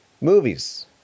movies